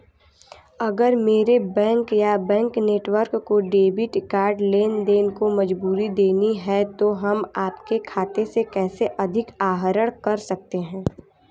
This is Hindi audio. अगर मेरे बैंक या बैंक नेटवर्क को डेबिट कार्ड लेनदेन को मंजूरी देनी है तो हम आपके खाते से कैसे अधिक आहरण कर सकते हैं?